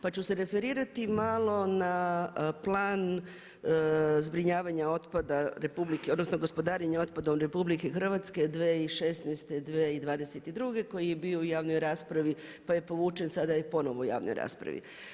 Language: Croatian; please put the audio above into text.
Pa ću se referirati malo na plan zbrinjavanja otpada RH, odnosno gospodarenje otpadom RH 2016.-2022. koji je bio u javnoj raspravi pa je povučen, sada je ponovno u javnoj raspravi.